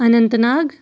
Anant Nag